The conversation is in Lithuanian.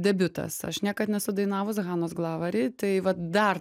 debiutas aš niekad nesu dainavus hanos glavari tai vat dar